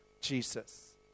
Jesus